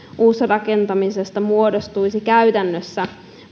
uusrakentamisesta muodostuisi käytännössä